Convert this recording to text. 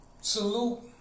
salute